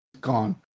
gone